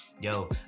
yo